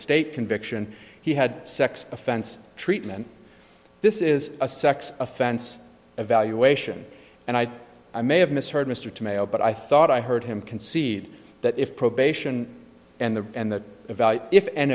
state conviction he had sex offense treatment this is a sex offense evaluation and i i may have misheard mr to mail but i thought i heard him concede that if probation and the and that evaluate if an